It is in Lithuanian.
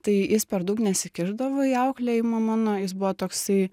tai jis per daug nesikišdavo į auklėjimą mano jis buvo toksai